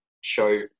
show